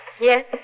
Yes